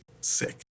Sick